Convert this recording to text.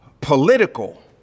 Political